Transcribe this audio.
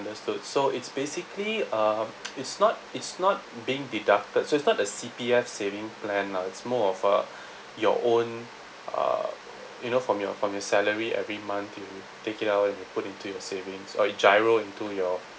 understood so it's basically um it's not it's not being deducted so it's not the C_P_F savings plan lah it's more of a your own uh you know from your from your salary every month you take it out and you put into your savings or you gyro into your